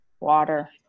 water